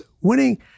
winning